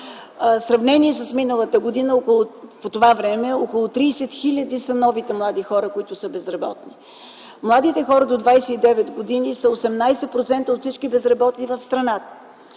сравнение с миналата година по това време около 30 хиляди са новите млади хора, които са безработни. Младите хора до 29 години са 18% от всички безработни в страната.